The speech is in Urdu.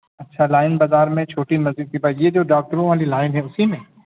اچھا لائن بازار میں چھوٹی مسجد کے پاس یہ جو ڈاکٹروں والی لائن ہے اسی میں